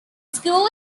school